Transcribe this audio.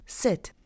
sit